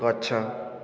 ଗଛ